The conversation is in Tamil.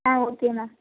ah okay ma'am